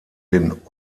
den